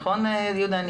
נכון יהודה?